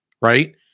right